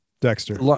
Dexter